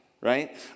right